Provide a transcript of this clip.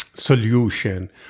Solution